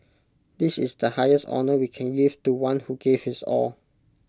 this is the highest honour we can give to one who gave his all